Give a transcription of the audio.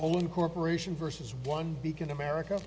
all incorporation versus one big in america